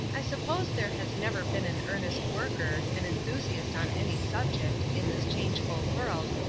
i suppose there has never been an earnest worker, an enthusiast on any subject, in this changeful world,